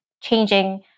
changing